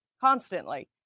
constantly